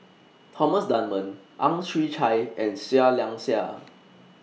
Thomas Dunman Ang Chwee Chai and Seah Liang Seah